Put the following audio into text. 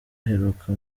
aheruka